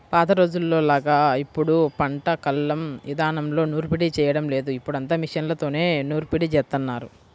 పాత రోజుల్లోలాగా ఇప్పుడు పంట కల్లం ఇదానంలో నూర్పిడి చేయడం లేదు, ఇప్పుడంతా మిషన్లతోనే నూర్పిడి జేత్తన్నారు